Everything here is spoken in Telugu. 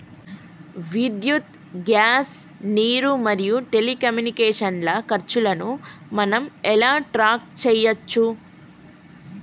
విద్యుత్ గ్యాస్ నీరు మరియు టెలికమ్యూనికేషన్ల ఖర్చులను మనం ఎలా ట్రాక్ చేయచ్చు?